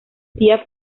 tía